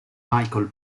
michael